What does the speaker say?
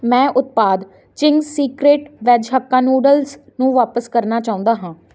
ਮੈਂ ਉਤਪਾਦ Ching's secret veg hakka noodles ਨੂੰ ਵਾਪਸ ਕਰਨਾ ਚਾਹੁੰਦਾ ਹਾਂ